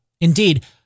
Indeed